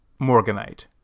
Morganite